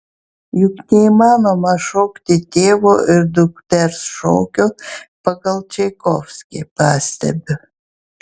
juk neįmanoma šokti tėvo ir dukters šokio pagal čaikovskį pastebiu